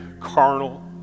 carnal